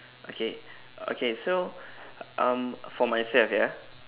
okay okay so um for myself ya